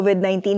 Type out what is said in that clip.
COVID-19